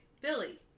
Billy